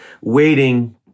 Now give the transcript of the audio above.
waiting